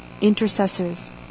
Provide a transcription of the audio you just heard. Intercessors